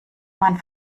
man